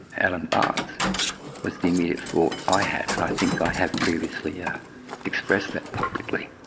alan barnes was the immediate thought i had, and i think i have previously yeah expressed that publicly.